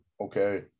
okay